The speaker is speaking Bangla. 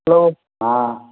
হ্যালো হ্যাঁ